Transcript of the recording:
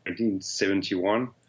1971